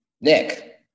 Nick